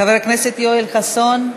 חבר הכנסת יואל חסון,